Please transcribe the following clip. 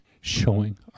showing